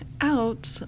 out